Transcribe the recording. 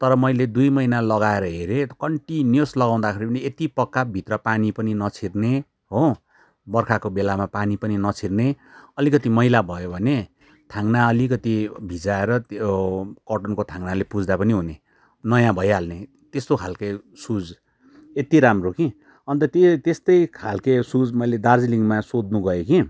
तर मैले दुई महिना लगाएर हेरेँ कन्टिनियोस लगाउँदाखेरि पनि यत्ति पक्का भित्र पानी पनि नछिर्ने हो बर्खाको बेलामा पानी पनि नछिर्ने अलिकति मैला भयो भने थाङ्ना अलिकति भिजाएर त्यो कटनको थाङ्नाले पुछ्दा पनि हुने नयाँ भइहाल्ने त्यस्तो खालको सुज यत्ति राम्रो कि अन्त त्यही त्यस्तै खालको सुज मैले दार्जिलिङमा सोध्नु गएँ कि